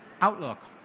outlook